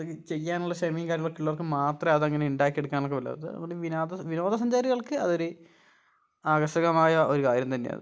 അത് ചെയ്യാനുള്ള ക്ഷമയും കാര്യങ്ങളൊക്കെ ഉള്ളവർക്ക് മാത്രമേ അത് അങ്ങനെ ഉണ്ടാക്കി എടുക്കാനൊക്കെ പറ്റുള്ളു വിനോദ വിനോദസഞ്ചാരികൾക്ക് അതൊരു ആകർഷകമായ ഒരു കാര്യം തന്നെയാണ് അത്